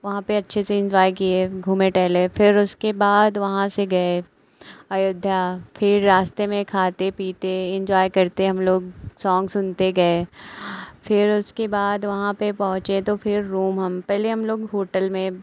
वहाँ पर अच्छे से इन्जॉय किए घूमें टहले फिर उसके बाद वहाँ से गए अयोध्या फिर रास्ते में खाते पीते इंजॉय करते हम लोग सॉन्ग सुनते गए फिर उसके बाद वहाँ पर पहुँचे तो फिर रोम हम पहले हम लोग होटल में